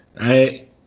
right